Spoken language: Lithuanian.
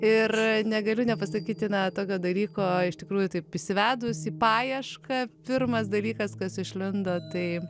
ir negaliu nepasakyti na tokio dalyko iš tikrųjų taip įsivedus į paiešką pirmas dalykas kas išlindo tai